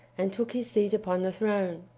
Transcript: and took his seat upon the throne.